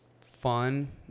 fun